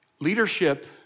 Leadership